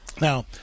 Now